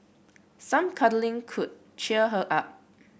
some cuddling could cheer her up